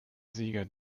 sieger